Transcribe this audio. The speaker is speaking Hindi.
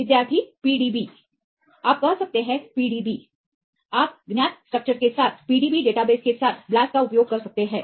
विद्यार्थी विद्यार्थी PDB आप कह सकते हैं PDB आप ज्ञात स्ट्रक्चर्स के साथ डेटाबेस PDB डेटाबेस के साथ BLAST ब्लास्ट का उपयोग कर सकते हैं